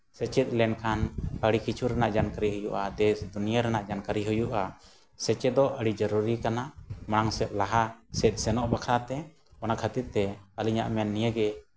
ᱥᱮᱪᱮᱫ ᱞᱮᱠᱷᱟᱱ ᱟᱹᱰᱤ ᱠᱤᱪᱷᱩ ᱨᱮᱱᱟᱜ ᱡᱟᱱᱠᱟᱨᱤ ᱦᱩᱭᱩᱜᱼᱟ ᱫᱮᱥᱼᱫᱩᱱᱤᱭᱟ ᱨᱮᱭᱟᱜ ᱡᱟᱱᱠᱟᱨᱤ ᱦᱩᱭᱩᱜᱼᱟ ᱥᱮᱪᱮᱫᱚᱜ ᱟᱹᱰᱤ ᱡᱟᱹᱨᱩᱨᱤ ᱠᱟᱱᱟ ᱢᱟᱲᱟᱝ ᱥᱮᱫ ᱞᱟᱦᱟ ᱥᱮᱱᱚᱜ ᱵᱟᱠᱷᱨᱟᱛᱮ ᱚᱱᱟ ᱠᱷᱟᱹᱛᱤᱨᱛᱮ ᱟᱹᱞᱤᱧᱟᱜ ᱢᱮᱱ ᱱᱤᱭᱟᱹᱜᱮ